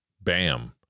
Bam